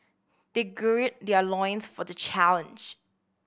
they gird their loins for the challenge